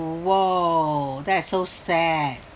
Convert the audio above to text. !whoa! that is so sad